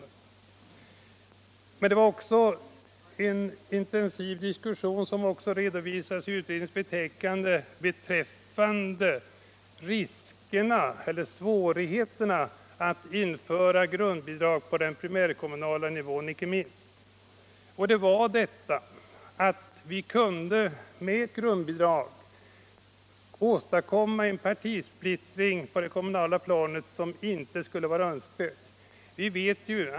Men det förekom även en intensiv debatt, som också redovisas i utredningens betänkande, beträffande riskerna eller svårigheterna med att införa grundbidrag, på den primärkommunala nivån icke minst. Ett skäl var att ett grundbidrag kunde åstadkomma en partisplittring på det kommunala planet som inte skulle vara önskvärd.